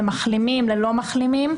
למחלימים ולא מחלימים,